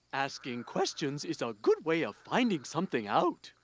asking questions is so a good way of finding something out.